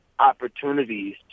Opportunities